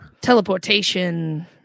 teleportation